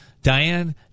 Diane